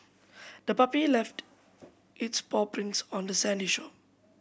the puppy left its paw prints on the sandy shore